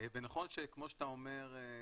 ונכון שכמו שאתה אומר,